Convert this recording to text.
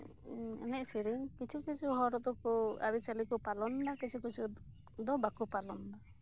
ᱮᱱᱮᱡ ᱥᱮᱨᱮᱧ ᱠᱤᱪᱷᱩ ᱠᱤᱪᱷᱩ ᱦᱚᱲ ᱫᱚᱠᱚ ᱟᱹᱨᱤᱪᱟᱹᱞᱤ ᱠᱚ ᱯᱟᱞᱚᱱ ᱮᱫᱟ ᱠᱤᱪᱷᱩ ᱠᱤᱪᱷᱩ ᱫᱚ ᱵᱟᱠᱚ ᱯᱟᱞᱚᱱ ᱮᱫᱟ